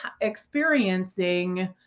experiencing